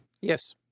yes